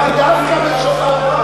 למה דווקא בשבת?